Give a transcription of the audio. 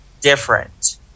different